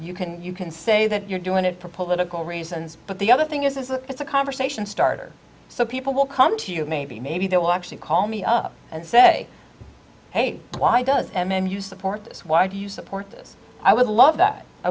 you can you can say that you're doing it for political reasons but the other thing is that it's a conversation starter so people will come to you maybe maybe they will actually call me up and say hey why does and you support this why do you support this i would love that i